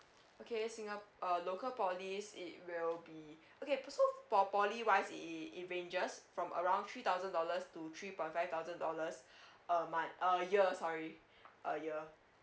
okay singa~ uh local poly it will be okay so for poly wise it is it ranges from around three thousand dollars to three point five thousand dollars a month a year sorry a year